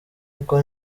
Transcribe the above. uko